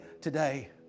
today